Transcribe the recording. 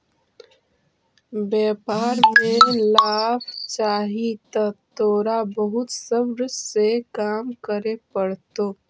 व्यापार में लाभ चाहि त तोरा बहुत सब्र से काम करे पड़तो